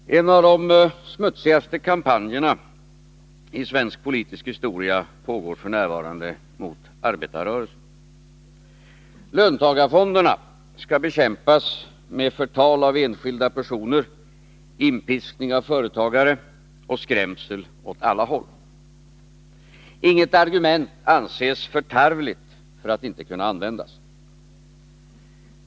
Fru talman! En av de smutsigaste kampanjerna i svensk politisk historia pågår f. n. mot arbetarrörelsen. Löntagarfonderna skall bekämpas med förtal av enskilda personer, inpiskning av företagare och skrämsel åt alla håll. Inget argument anses för tarvligt för att inte kunna användas.